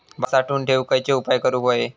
भात साठवून ठेवूक खयचे उपाय करूक व्हये?